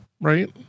right